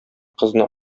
кызны